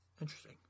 Interesting